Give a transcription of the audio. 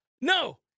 No